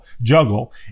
juggle